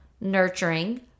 nurturing